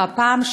והפעם,